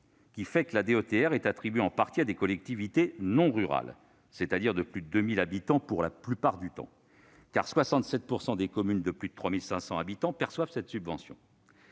ruralité, la DETR est attribuée en partie à des collectivités non rurales, c'est-à-dire de plus de 2 000 habitants, car 67 % des communes de plus de 3 500 habitants perçoivent cette subvention.